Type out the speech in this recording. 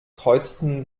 kreuzten